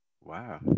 Wow